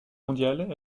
mondiale